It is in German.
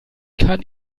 kann